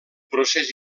procés